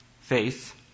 faith